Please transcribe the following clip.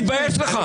תתבייש לך.